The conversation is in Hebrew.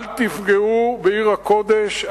אל תפגעו בעיר הקודש,